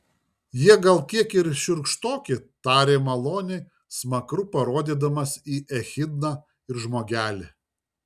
jie gal kiek ir šiurkštoki tarė maloniai smakru parodydamas į echidną ir žmogelį